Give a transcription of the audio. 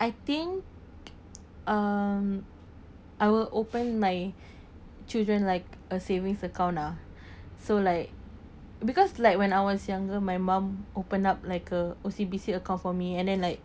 I think um I will open my children like a savings account lah so like because like when I was younger my mum open up like a O_C_B_C account for me and then like